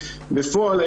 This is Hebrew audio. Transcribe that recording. בפועל,